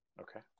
Okay